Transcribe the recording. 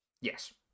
Yes